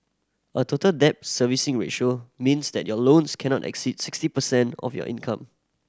a Total Debt Servicing Ratio means that your loans cannot exceed sixty percent of your income